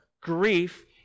grief